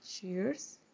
cheers